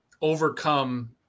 overcome